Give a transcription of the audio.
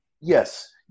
yes